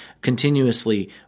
continuously